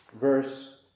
verse